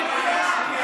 אסור.